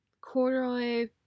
corduroy